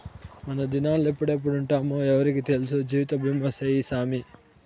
మనదినాలెప్పుడెప్పుంటామో ఎవ్వురికి తెల్సు, జీవితబీమా సేయ్యి సామీ